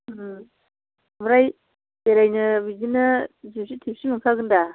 ओमफ्राय ओरैनो बिदिनो जिपसि थिपसि मोनखागोन दा